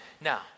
Now